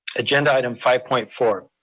agenda item five point four.